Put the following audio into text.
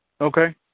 Okay